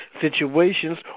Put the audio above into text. situations